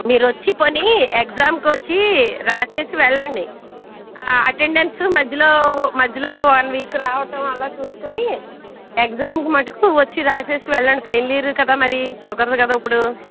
మీరు వచ్చి పోని ఎగ్జామ్కి వచ్చి రాసి వెళ్లండి అటెండన్స్ మధ్యలో మధ్యలో వన్ వీక్ రావటం అలా చూసుకొని ఎగ్జామ్కి మటుకు వచ్చి రాసి వెళ్లండి ఫైనల్ ఇయర్ కదా మళ్ళీ కుదరదు కదా ఇప్పుడు